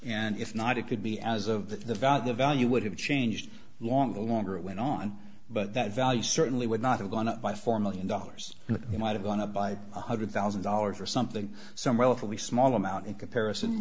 and if not it could be as of the value would have changed long the longer it went on but that value certainly would not have gone up by four million dollars and he might have gone up by one hundred thousand dollars or something some relatively small amount in comparison